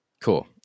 cool